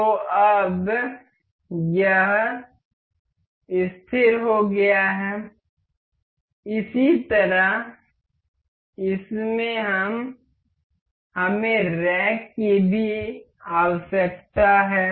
तो अब यह तय हो गया है इसी तरह इस में हमें रैक में भी इसकी आवश्यकता है